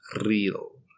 real